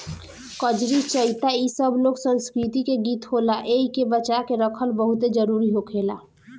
कजरी, चइता इ सब लोक संस्कृति के गीत होला एइके बचा के रखल बहुते जरुरी होखेला